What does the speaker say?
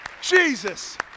Jesus